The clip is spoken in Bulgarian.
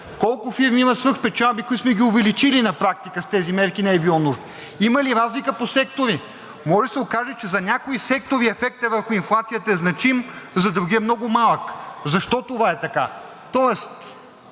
колко фирми имат свръхпечалби, които сме ги увеличили на практика с тези мерки и не е било нужно, има ли разлика по сектори? Може да се окаже, че за някои сектори ефектът върху инфлацията е значим, а за други е много малък. Защо това е така?